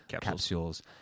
capsules